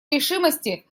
решимости